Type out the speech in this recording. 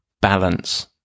Balance